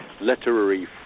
literary